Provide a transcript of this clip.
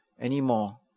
anymore